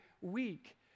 week